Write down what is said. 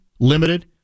Limited